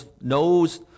knows